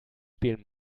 spielen